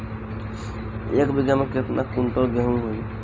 एक बीगहा में केतना कुंटल गेहूं होई?